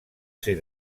ser